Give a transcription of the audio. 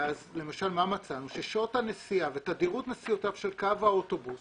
מצאנו ששעות הנסיעה ותדירות נסיעותיו של קו האוטובוס